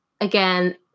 again